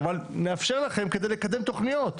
אבל נאפשר לכם על מנת לקדם תוכניות.